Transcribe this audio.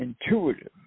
Intuitive